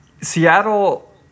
Seattle